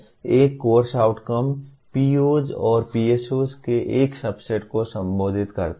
एक course outcome POs और PSOs के एक सबसेट को संबोधित करता है